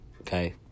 okay